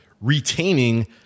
retaining